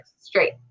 straight